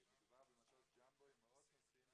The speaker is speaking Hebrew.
מדובר במטוס ג'מבו עם מאות נוסעים,